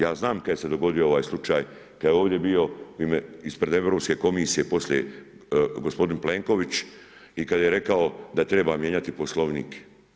Ja znam kada se je dogodio ovaj slučaj, kada je ovdje bio ispred Europske komisije, poslije gospodin Plenković i kada je rekao da treba mijenjati poslovnik.